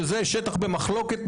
שזה שטח במחלוקת,